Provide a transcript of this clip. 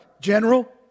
general